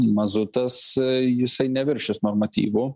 mazutas jisai neviršys normatyvų